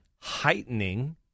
heightening